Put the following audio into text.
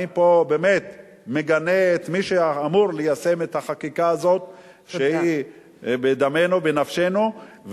אני פה באמת מגנה את מי שאמור ליישם את החקיקה הזאת שהיא בדמנו ובנפשנו.